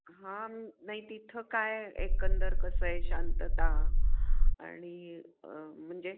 हां नाही तिथं काय एकंदर कसं आहे शांतता आणि म्हणजे